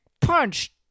Punch